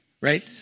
right